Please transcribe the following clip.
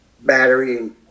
battery